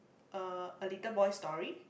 uh a little boy's story